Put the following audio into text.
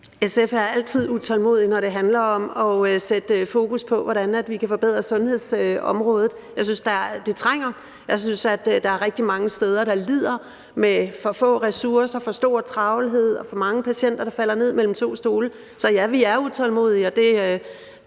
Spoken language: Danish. SF er altid utålmodige, når det handler om at sætte fokus på, hvordan vi kan forbedre sundhedsområdet. Jeg synes, at det trænger. Jeg synes, der er rigtig mange steder, der lider under for få ressourcer, for stor travlhed, og som lider under, at for mange patienter falder ned mellem to stole. Så ja, vi er utålmodige,